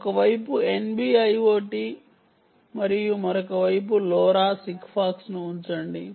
ఒక వైపు NB IoT మరియు మరొక వైపు LORA SigFox ను ఉంచండి